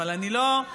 אבל אני לא,